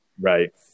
Right